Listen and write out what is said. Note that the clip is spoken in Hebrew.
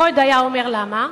ופרויד היה אומר למה,